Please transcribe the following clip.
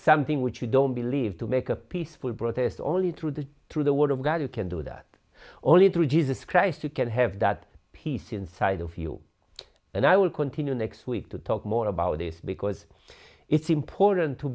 something which you don't believe to make a peaceful protest only through the through the word of god you can do that only through jesus christ you can have that peace inside of you and i will continue next week to talk more about this because it's important to